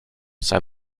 ça